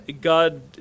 God